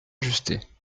ajustées